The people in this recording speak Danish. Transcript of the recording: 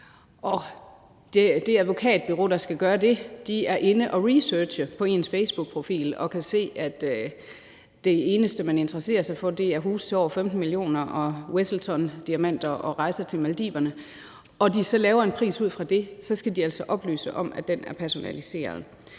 det advokatbureau, der skal gøre det, er inde at researche på ens facebookprofil og kan se, at det eneste, man interesserer sig for, er huse til over 15 mio. kr., Wesseltondiamanter og rejser til Maldiverne, og så laver en pris ud fra det, så skal de altså oplyse om, at det er en personaliseret